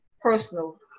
personal